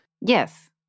Yes